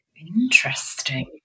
Interesting